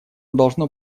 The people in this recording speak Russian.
должно